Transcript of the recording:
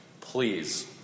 Please